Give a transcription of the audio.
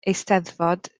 eisteddfod